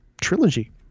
trilogy